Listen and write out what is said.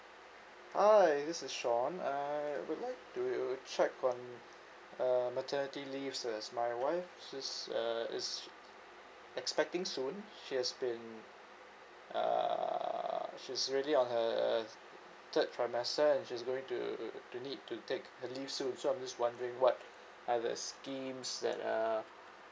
hi this is sean I would like to you check on uh maternity leave so that's my wife she's uh is she expecting soon she has been err she's already on her third trimester and she's going to to need to take her leave soon so I'm just wondering what are the schemes that uh